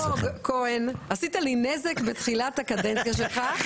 אלמוג כהן, עשית לי נזק בתחילת הקדנציה שלך.